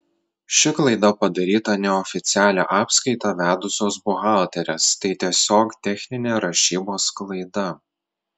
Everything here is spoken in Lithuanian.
ši klaida padaryta neoficialią apskaitą vedusios buhalterės tai tiesiog techninė rašybos klaida